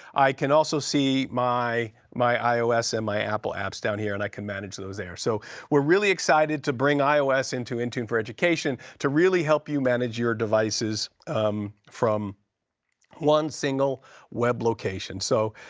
i can also see my my ios and my apple apps down here and i can manage those there. so we're really excited to bring ios into intune for education to really help you manage your devices from one single web location. so,